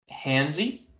handsy